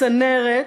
צנרת,